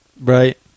Right